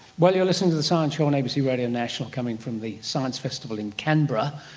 well, you're listening to the science show on abc radio national coming from the science festival in canberra.